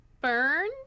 burn